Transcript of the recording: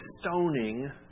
stoning